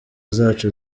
zacu